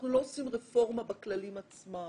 אנחנו לא עושים רפורמה בכללים עצמם.